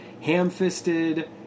Ham-fisted